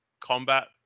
combat